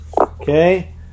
Okay